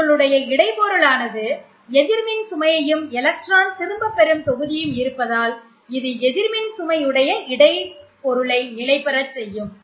உங்களுடைய இடைப் பொருளானது எதிர்மின் சுமையையும் எலக்ட்ரான் திரும்பப்பெறும் தொகுதியையும் கொண்டிருப்பதால் இது எதிர்மின் சுமை உடைய இடை பொருளை நிலைபெறச் செய்யும்